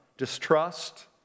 Distrust